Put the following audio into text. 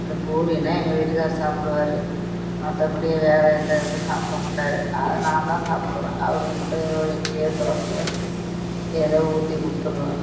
இந்த பூரினால் எங்கள் வீட்டுக்காரரு சாப்பிடுவாரு மற்றபடி வேறு எந்த இதுவும் சாப்பிட மாட்டார் அதை நான்தான் சாப்பிடுவேன் அவருக்கு மட்டும் ஒரு இட்லியோ தோசையோ ஏதோ ஊற்றி கொடுத்துருவேன்